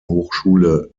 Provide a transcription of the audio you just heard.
hochschule